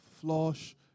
flush